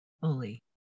fully